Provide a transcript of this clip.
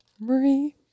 Marie